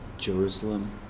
Jerusalem